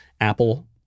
Apple